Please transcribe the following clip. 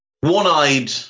one-eyed